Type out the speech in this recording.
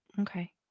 okay